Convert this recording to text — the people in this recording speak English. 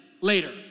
later